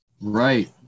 Right